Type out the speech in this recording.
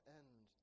end